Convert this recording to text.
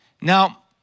Now